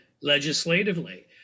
legislatively